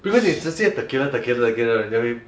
because 你直接 tequila tequila tequila again right